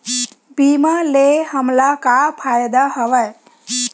बीमा ले हमला का फ़ायदा हवय?